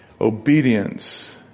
obedience